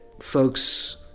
folks